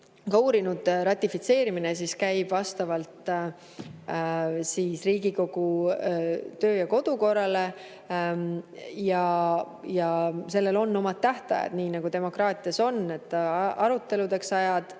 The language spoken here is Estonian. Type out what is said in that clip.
uurinud, et ratifitseerimine käib vastavalt Riigikogu töö- ja kodukorrale. Ja sellel on omad tähtajad, nii nagu demokraatias on, et on aruteludeks ajad